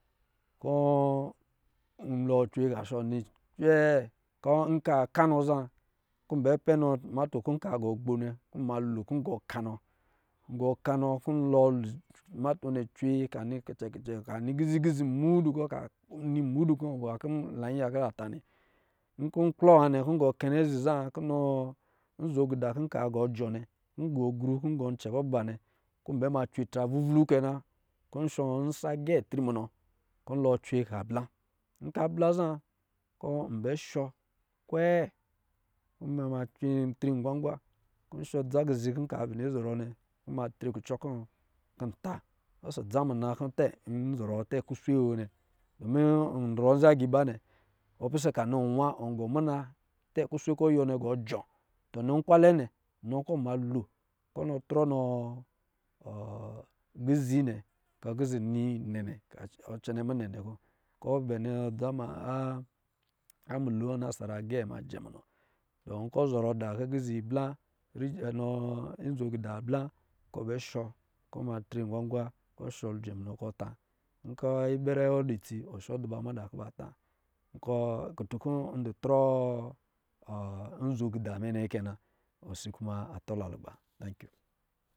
Kɔ̄ nlɔ cwe kɔ̄ a shɔ nɔ cwee ka a kana za kɔ̄ nbɛ pɛ nɔ tuwa kɔ̄ ka gɔ gbo nnɛ kɔ̄ ma lo kɔ gɔ kanɔ, ngɔ kanɔ kɔ̄ lɔɔ, lɛ tumatu cwe ka nɔ kizi-kizi mudu kɔ̄ nwa kɔ̄ la yiya kɔ̄ la ta nnɛ, nkɔ̄ klɔ nwa nnɛ za kɔ̄ nɔ nzo kida kɔ̄ nka gɔ jɔ nnɛ ngɔ gru kɔ̄ ngɔ ncɛ kɔ ba nnɛ kɔ̄ nbɛ ma cwe tra vuvulu kɛ na kɔ̄ shɔ nsa gɛ tri munɔ kɔ̄ lɔɔ cwe ka bla nka bla zaa kɔ̄ nɛ shɔ cwe kɔ̄ na du cwe dri ngwagwa kɔ̄ shɔ dza kisi kɔ̄ nka bini zɔrɔ nnɛ kɔ̄ ma tre kucɔ kɔ̄ kɔ̄ ta, ɔsɔ̄ dza muna kɔ̄ tɛ kuswe wɔ nnɛ duma ɔ zɔn nza aga iba nnɛ ɔpisɛ ka nɔ nwa wɔ gɔ muna tɛ kuswe kɔn yiwɔ nnɛ gɔ jɔ. Nɔ nkwalɛ nnɛ, nɔ kɔ̄ ma lo kɔ nɔ trɔ nɔ kizi nnɛ kɔ̄ kizi nɔ nɛnɛ kɔ̄ cɛnɛ minɛ nɛ kɔ̄ kɔ̄ bɛ nɔ mulo a nasara gɛ ma jɛ munɔ tɔ nkɔ̄ zɔrɔ da kɔ̄ kizi a bla nɔ nzo kida bla kɔ̄ ɔ bɛ shɔ kɔ̄ ma tri ngwa ngwa kɔ̄ shɔ jɛ munɔ kɔ̄ ta nkɔ̄ ibɛrɛ wɔ dɔ itsi ɔ shɔ duba mada kɔ̄ ha da. Kutu kɔ̄ ndɔ trɔ nzo kida mɛ kɛ na. Osi kume a tɔ la hgba